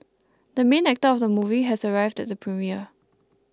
the main actor of the movie has arrived at the premiere